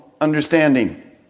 understanding